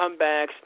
comebacks